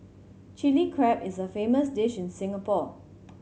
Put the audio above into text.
Chilli Crab is a famous dish in Singapore